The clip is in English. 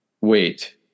Wait